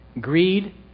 Greed